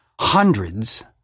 hundreds